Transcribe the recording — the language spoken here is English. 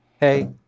hey